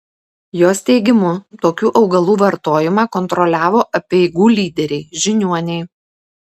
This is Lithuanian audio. jos teigimu tokių augalų vartojimą kontroliavo apeigų lyderiai žiniuoniai